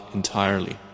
entirely